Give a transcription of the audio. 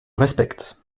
respecte